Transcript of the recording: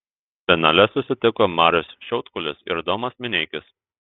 finale susitiko marius šiaudkulis ir domas mineikis